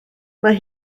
mae